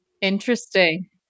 Interesting